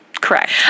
Correct